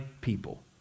people